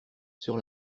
sur